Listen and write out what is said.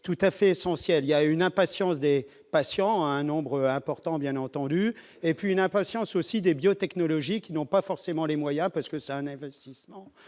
tout à fait essentiel, y a une impatience des patients à un nombre important bien entendu et puis une impatience aussi des biotechnologies qui n'ont pas forcément les moyens parce que c'est un investissement